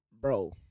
bro